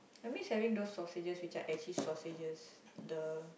I miss having those sausages which are actually sausages the